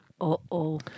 Uh-oh